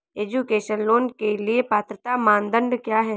Education loan के लिए पात्रता मानदंड क्या है?